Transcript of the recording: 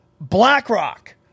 BlackRock